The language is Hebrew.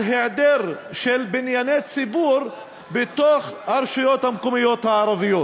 על היעדר של בנייני ציבור ברשויות המקומיות הערביות.